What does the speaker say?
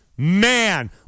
Man